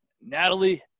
Natalie